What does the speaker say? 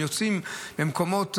הם יוצאים ממקומות.